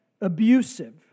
abusive